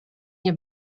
nie